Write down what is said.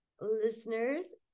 listeners